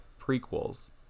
prequels